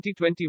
2021